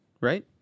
Right